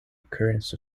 occurrence